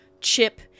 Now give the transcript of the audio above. Chip